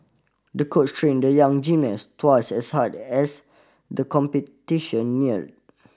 the coach trained the young gymnast twice as hard as the competition neared